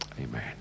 Amen